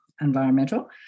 environmental